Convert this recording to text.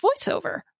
voiceover